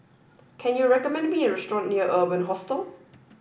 can you recommend me a restaurant near Urban Hostel